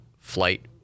flight